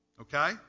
Okay